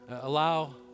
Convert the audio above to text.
Allow